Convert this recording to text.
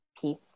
peace